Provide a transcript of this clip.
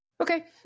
Okay